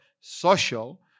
social